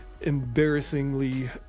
embarrassingly